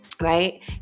right